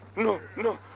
no, no.